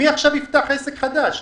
מי עכשיו יפתח עסק חדש?